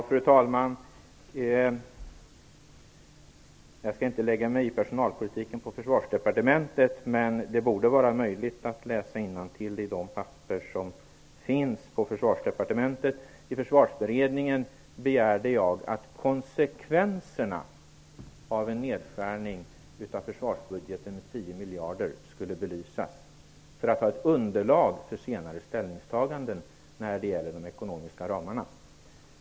Fru talman! Jag skall inte lägga mig i personalpolitiken på Försvarsdepartementet, men det borde vara möjligt att läsa innantill i de papper som finns där. I Försvarsberedningen begärde jag att konsekvenserna av en nedskärning av försvarsbudgeten med 10 miljarder skulle belysas för att man skulle ha ett underlag för senare ställningstaganden när det gäller de ekonomiska ramarna.